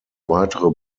weitere